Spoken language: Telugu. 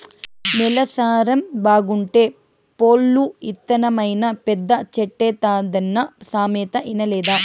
నేల సారం బాగుంటే పొల్లు ఇత్తనమైనా పెద్ద చెట్టైతాదన్న సామెత ఇనలేదా